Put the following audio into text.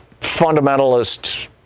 fundamentalist